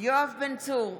יואב בן צור,